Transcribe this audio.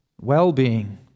well-being